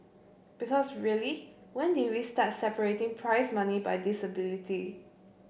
because really when did we start separating prize money by disability